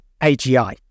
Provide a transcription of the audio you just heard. agi